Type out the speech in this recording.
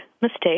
mistake